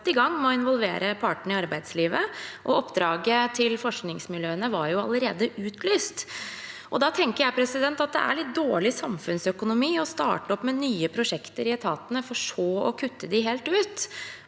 med å involvere partene i arbeidslivet, og oppdraget til forskningsmiljøene var allerede utlyst. Da tenker jeg at det er litt dårlig samfunnsøkonomi å starte opp med nye prosjekter i etatene for så å kutte dem helt ut.